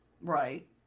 Right